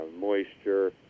moisture